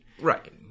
Right